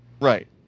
Right